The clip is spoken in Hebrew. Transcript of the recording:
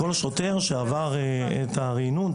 כל שוטר שעבר את הריענון,